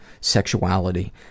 sexuality